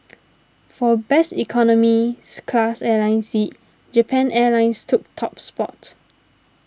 for best economies class airline seat Japan Airlines took top spot